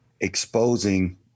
exposing